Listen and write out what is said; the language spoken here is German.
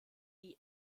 die